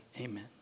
amen